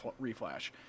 reflash